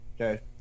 Okay